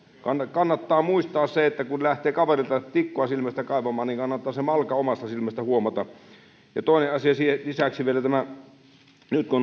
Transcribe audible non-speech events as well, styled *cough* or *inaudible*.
kannattaa muistaa se että kun lähtee kaverilta tikkua silmästä kaivamaan niin kannattaa se malka omasta silmästä huomata toinen asia lisäksi vielä nyt kun *unintelligible*